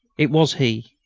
it was he.